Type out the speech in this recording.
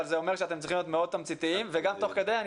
אבל זה אומר שאתם צריכים להיות מאוד תמציתיים וגם תוך כדי אני